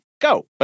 Go